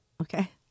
Okay